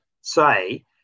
say